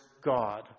God